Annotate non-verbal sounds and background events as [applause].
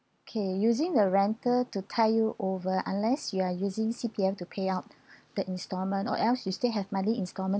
okay using the rental to tide you over unless you are using C_P_F to pay out [breath] the installment or else you still have monthly installment